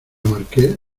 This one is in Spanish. marqués